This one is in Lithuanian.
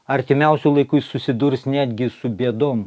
artimiausiu laiku jis susidurs netgi su bėdom